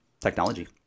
technology